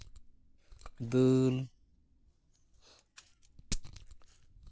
ᱫᱟᱹᱞ